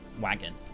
wagon